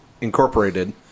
Incorporated